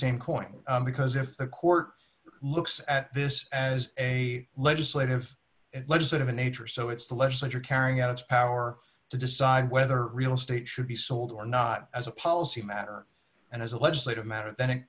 same coin because if a court looks at this as a legislative legislative in nature so it's the legislature carrying out its power to decide whether real estate should be sold or not as a policy matter and as a legislative matter then it